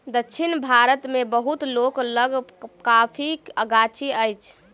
दक्षिण भारत मे बहुत लोक लग कॉफ़ीक गाछी अछि